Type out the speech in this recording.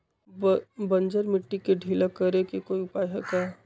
बंजर मिट्टी के ढीला करेके कोई उपाय है का?